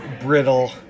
brittle